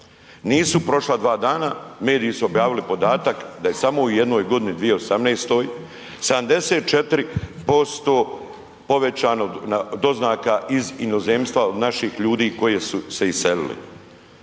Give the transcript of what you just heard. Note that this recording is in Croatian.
Nisu prošla 2 dana, mediji su objavili podatak da je samo u jednoj godini, 2018. 74% povećano doznaka iz inozemstva od naših ljudi koji su se iselili.